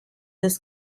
das